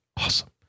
Awesome